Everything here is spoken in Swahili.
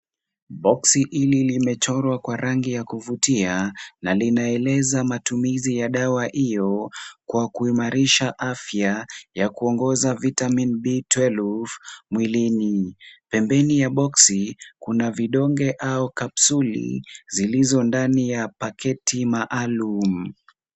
Boksi hili limechorwa kwa rangi ya kuvutia na linaeleza matumizi ya dawa hiyo kwa kuimarisha afya ya kuongeza vitamin D12 mwilini. Pembeni ya boksi, kuna vidonge au kapsuli zilizo ndani ya paketi maalum.